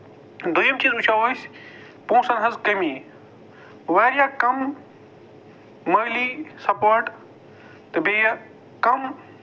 دوٚیُم چیٖز وُچھو أسۍ پۅنٛسَن ہٕنٛز کٔمی واریاہ کَم مٲلی سَپورٹ تہٕ بیٚیہِ کَم